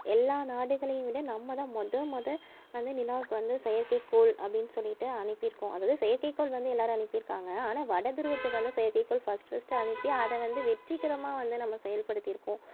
எல்லா நாடுகளையும் விட நம்ம தான் முத முத வந்து நிலாவுக்கு வந்து செயற்கைகோள் அப்படின்னு சொல்லிட்டு அணுப்பியிருக்கோம் அதாவது செயற்கைகோள் வந்து எல்லாரும் அணுப்பிருக்காங்க ஆனால் வட துருவத்துக்கு வந்து செயற்கைகோள் ஃபஸ்ட் ஃபஸ்ட் அணுப்பி அதை வந்து வெற்றிகரமாக வந்து நம்ம செயல்படுத்தியிருக்கோம்